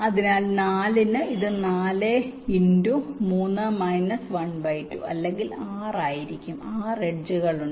അതിനാൽ 4 ന് ഇത് 4 × 3−12 അല്ലെങ്കിൽ 6 ആയിരിക്കും 6 എഡ്ജുകളുണ്ട്